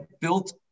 built